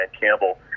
Campbell